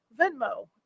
Venmo